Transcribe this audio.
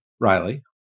Riley